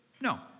No